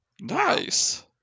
Nice